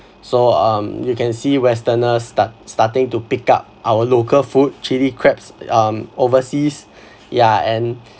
so um you can see westerners start starting to pick up our local food chilli crabs um overseas yeah and